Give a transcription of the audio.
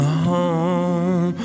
home